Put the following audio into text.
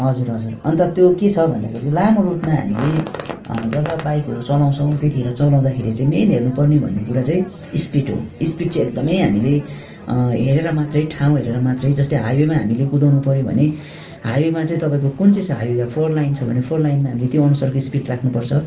हजुर हजुर अन्त त्यो के छ भन्दाखेरि चाहिँ लामो रुटमा हामीले जब बाइकहरू चलाउँछौँ त्यतिखेर चलाउँदाखेरि चाहिँ मेन हेर्नु पर्ने भन्ने कुरा चाहिँ स्पिड हो स्पिड चाहिँ एकदमै हामीले हेरेर मात्रै ठाउँ हेरेर मात्रै जस्तै हाइवेमा हामीले कुदाउनु पऱ्यो भने हाइवेमा चाहिँ तपाईँको कुन चाहिँ छ हाइवे अब फोरलाइन छ भने फोरलाइनमा हामीले त्यो अनुसारको स्पिड राख्नु पर्छ